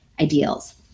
ideals